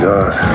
God